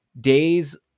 days